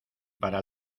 para